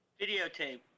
Videotape